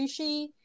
sushi